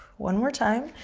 one more time.